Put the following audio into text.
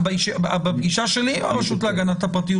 בפגישה שלי הרשות להגנת הפרטיות,